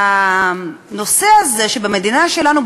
שבמדינה שלנו,